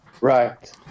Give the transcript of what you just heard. Right